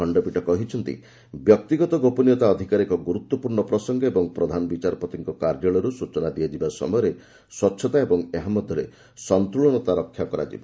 ଖଣ୍ଡପୀଠ କହିଛନ୍ତି ବ୍ୟକ୍ତିଗତ ଗୋପନୀୟତା ଅଧିକାର ଏକ ଗୁରୁତ୍ୱପୂର୍ଣ୍ଣ ପ୍ରସଙ୍ଗ ଓ ପ୍ରଧାନ ବିଚାରପତିଙ୍କ କାର୍ଯ୍ୟାଳୟରୁ ସ୍ଚଚନା ଦିଆଯିବା ସମୟରେ ସ୍କୁଚ୍ଚତା ଓ ଏହା ମଧ୍ୟରେ ସନ୍ତ୍ରଳନତା ରକ୍ଷା କରାଯିବ